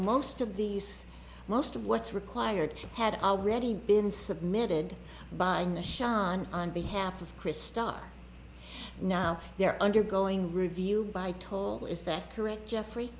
most of these most of what's required had already been submitted by the xan on behalf of chris starr now they're undergoing review by toll is that correct jeffrey